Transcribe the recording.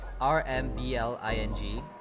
R-M-B-L-I-N-G